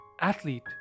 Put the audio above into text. athlete